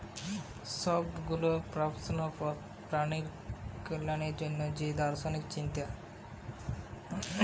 সব গুলা পশু প্রাণীর কল্যাণের জন্যে যে দার্শনিক চিন্তা